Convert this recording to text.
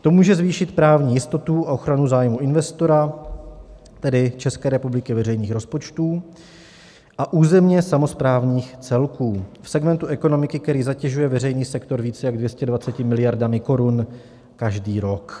To může zvýšit právní jistotu a ochranu zájmů investora, tedy České republiky, veřejných rozpočtů a územně samosprávných celků v segmentu ekonomiky, který zatěžuje veřejný sektor více jak 220 miliardami korun každý rok.